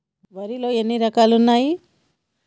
వరిలో ఎన్ని రకాలు ఉంటాయి?